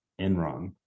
Enron